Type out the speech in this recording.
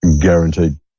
Guaranteed